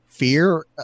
fear